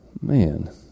man